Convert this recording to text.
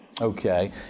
okay